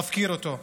מפקיר אותו.